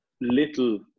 little